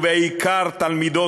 ובעיקר תלמידות,